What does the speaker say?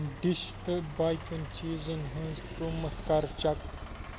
dish تہٕ باقٕیَن چیٖزَن ہٕنٛز قۭمتھ کَر چیک